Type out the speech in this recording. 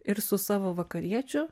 ir su savo vakariečiu